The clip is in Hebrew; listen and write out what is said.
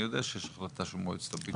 אני יודע שיש החלטה של מועצת הביטחון.